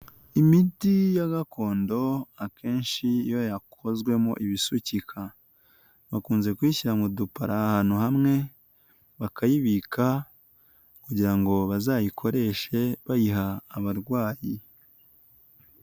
Imiti ya gakondo akenshi iyo yakozwemo ibisukika bakunze kuyishyira mu dupara ahantu hamwe, bakayibika kugira ngo bazayikoreshe bayiha abarwayi.